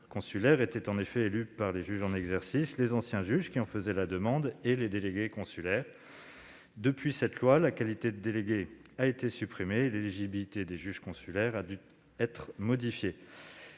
consulaires étaient en effet élus par les juges en exercice, les anciens juges qui en faisaient la demande et les délégués consulaires. Depuis cette loi, la qualité de délégué consulaire a été supprimée et l'éligibilité des juges consulaires modifiée.